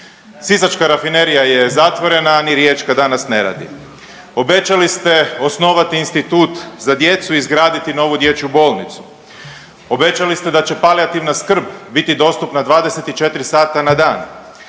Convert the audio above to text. Sisačka rafinerija je zatvorena, ni Riječka danas ne radi. Obećali ste osnovati institut za djecu i izgraditi novu dječju bolnicu, obećali ste da će palijativna skrb biti dostupna 24 sata na dan,